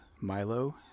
Milo